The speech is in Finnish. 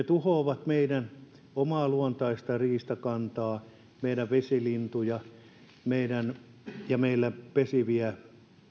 tuhoavat meidän omaa luontaista riistakantaa meidän vesilintuja ja meillä pesiviä